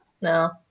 No